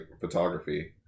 photography